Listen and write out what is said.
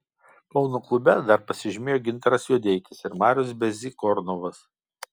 kauno klube dar pasižymėjo gintaras juodeikis ir marius bezykornovas